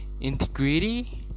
integrity